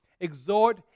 exhort